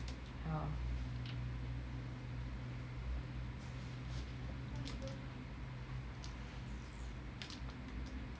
yeah